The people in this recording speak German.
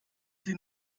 sie